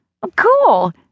Cool